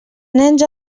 nens